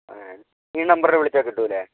ഏ ഈ നമ്പറിൽ വിളിച്ചാൽ കിട്ടില്ലേ